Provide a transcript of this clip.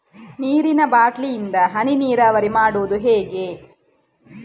ನೀರಿನಾ ಬಾಟ್ಲಿ ಇಂದ ಹನಿ ನೀರಾವರಿ ಮಾಡುದು ಹೇಗೆ?